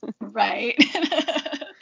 right